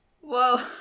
Whoa